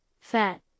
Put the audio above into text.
Fat